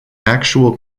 actual